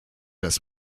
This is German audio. das